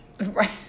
right